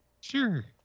Sure